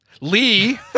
Lee